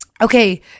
Okay